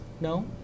No